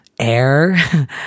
air